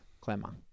Clemmer